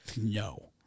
No